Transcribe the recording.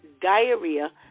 diarrhea